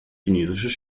chinesisches